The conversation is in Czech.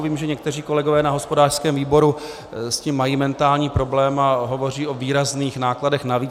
Vím, že někteří kolegové na hospodářském výboru s tím mají mentální problém a hovoří o výrazných nákladech navíc.